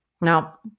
Now